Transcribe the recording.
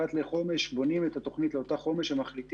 אחת לחומש בונים את אותה תוכנית חומש ומחליטים,